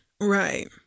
Right